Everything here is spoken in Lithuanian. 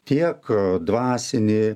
tiek dvasinį